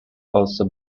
also